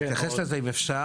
אני אתייחס לזה אם אפשר.